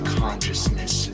consciousness